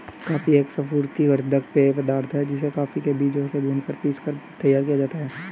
coffee एक स्फूर्ति वर्धक पेय पदार्थ है जिसे कॉफी के बीजों से भूनकर पीसकर तैयार किया जाता है